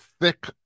thick